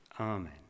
Amen